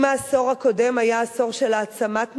אם העשור הקודם היה עשור של העצמת נשים,